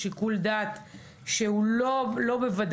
שנבין גם את תיקוני החקיקה שבאים באמצעות ההמלצות של הוועדה.